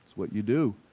what you do.